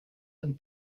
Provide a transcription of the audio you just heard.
and